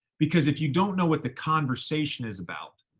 because if you don't know what the conversation is about,